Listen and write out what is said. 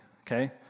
okay